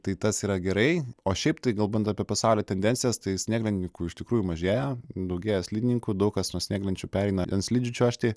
tai tas yra gerai o šiaip tai kalbant apie pasaulio tendencijas tai snieglentininkų iš tikrųjų mažėja daugėja slidininkų daug kas nuo snieglenčių pereina ant slidžių čiuožti